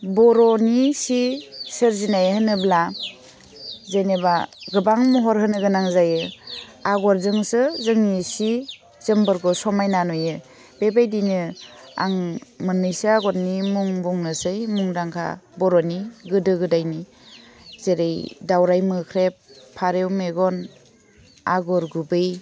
बर'नि सि सोरजिनाय होनोब्ला जेनेबा गोबां महर होनो गोनां जायो आगरजोंसो जोंनि सि जोमफोरखौ समायना नुयो बेबायदिनो आं मोननैसो आगरनि मुं बुंनोसै मुंदांखा बर'नि गोदो गोदायनि जेरै दाउराइ मोख्रेब फारेव मेगन आगर गुबै